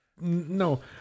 no